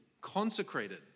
consecrated